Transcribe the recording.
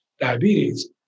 diabetes